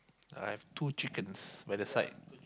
I have two chickens where the side